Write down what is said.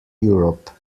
europe